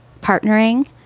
partnering